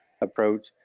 approach